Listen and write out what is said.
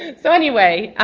and so anyway,